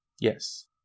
Yes